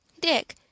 Dick